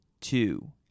two